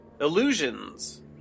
Illusions